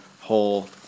whole